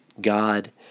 God